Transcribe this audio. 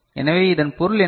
எனவே இதன் பொருள் என்ன